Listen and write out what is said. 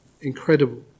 incredible